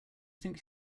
think